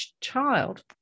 child